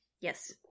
Yes